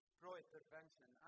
pro-intervention